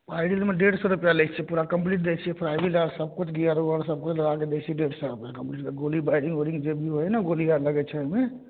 पैडिलमे डेढ सए रुपैआ लै छियै पूरा कम्पलीट दै छियै पैडिल आओर सब किछु गियर उयर सब किछु लगाके दै छियै डेढ सए मे कम्पलीट कऽ के पूरा गोली बैरिंग जे भी होइ है ने गोली आर लगै छै ओहिमे